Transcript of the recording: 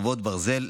חבריי חברי הכנסת,